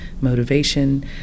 motivation